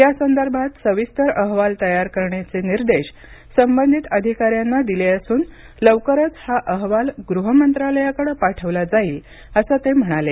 या संदर्भात सविस्तर अहवाल तयार करण्याचे निर्देश संबंधित अधिकाऱ्यांना दिले असून लवकरच हा अहवाल गृह मंत्रालयाकडे पाठवला जाईल असं ते म्हणाले